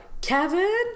Kevin